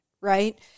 right